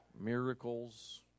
miracles